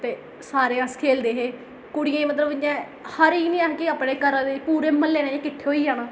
सारे अस खेलदे हे कुड़ियें गी मतलब इ'यां ऐ हर इ'यां गै नेई केह् अपने घरा दे पूरे म्हल्ले दे किट्ठे होई जाने ते सारें खेढना